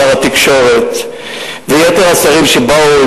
שר התקשורת ויתר השרים שבאו,